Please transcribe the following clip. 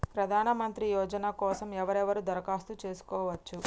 ప్రధానమంత్రి యోజన కోసం ఎవరెవరు దరఖాస్తు చేసుకోవచ్చు?